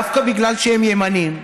דווקא בגלל שהם ימנים,